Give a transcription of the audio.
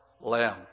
lamb